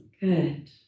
Good